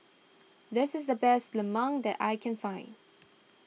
this is the best Lemang that I can find